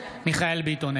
מיכאל מרדכי ביטון,